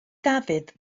dafydd